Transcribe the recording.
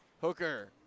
hooker